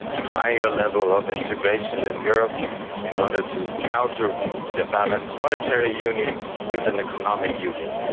a higher level of integration in europe in order to counter the balance monetary union with an economic union.